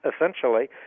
essentially